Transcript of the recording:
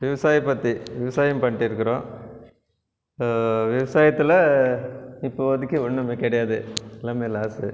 விவசாயம் பற்றி விவசாயம் பண்ணிட்டு இருக்கிறோம் விவசாயத்தில் இப்போதிக்கு ஒன்றுமே கிடையாது எல்லாமே லாஸு